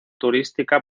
turística